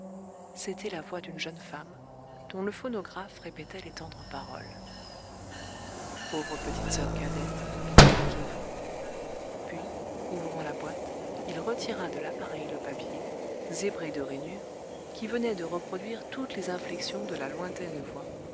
c'était la voix d'une jeune femme dont le phonographe répétait les tendres paroles pauvre petite soeur cadette dit kin fo puis ouvrant la boîte il retira de l'appareil le papier zébré de rainures qui venait de reproduire toutes les inflexions de la lointaine voix